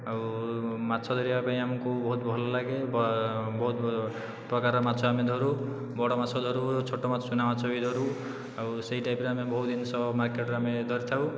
ଆଉ ମାଛ ଧରିବା ପାଇଁ ଆମକୁ ବହୁତ ଭଲଲାଗେ ବହୁତ ପ୍ରକାର ମାଛ ଆମେ ଧରୁ ବଡ଼ ମାଛ ଧରୁ ଛୋଟ ମାଛ ଚୂନା ମାଛ ବି ଧରୁ ଆଉ ସେହି ଟାଇପ୍ର ଆମେ ବହୁ ଜିନିଷ ମାର୍କେଟରେ ଆମେ ଧରିଥାଉ